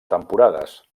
temporades